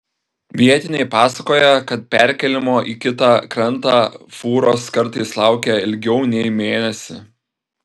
vietiniai pasakoja kad perkėlimo į kitą krantą fūros kartais laukia ilgiau nei mėnesį